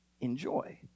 enjoy